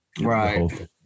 Right